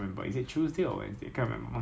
I can't remember Tekong 有没有 but 好像有